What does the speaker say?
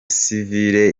sivile